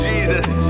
Jesus